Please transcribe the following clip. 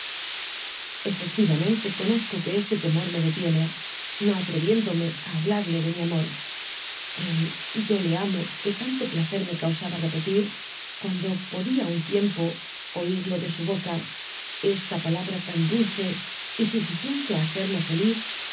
efectiyamente conozco que este temor me detiene no atreyiendome á hablarle de mi amor el yo le amo que tanto placer me causaba repetir cuando podia á un tiempo oirlo de su dby google boca j esta palabra tan dulce y suficiente á kacerme feliz